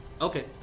Okay